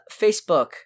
Facebook